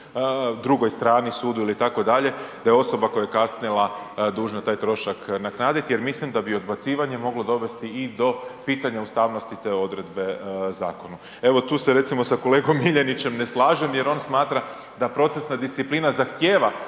drugoj strani, sudu ili itd., da je osoba koja kasnila dužna taj trošak nadoknaditi jer mislim da bi odbacivanje moglo dovesti i do pitanja ustavnosti te odredbe zakonu. Evo tu se recimo sa kolegom Miljanićem ne slažem jer on smatra da procesna disciplina zahtjeva